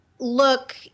look